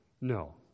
No